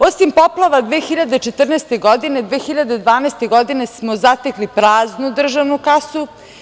Osim poplava 2014. godine, 2012. godine smo zatekli praznu državnu kasu.